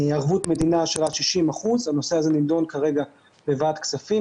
ערבות מדינה של עד 60%. הנושא הזה נידון כרגע בוועדת כספים,